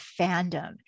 fandom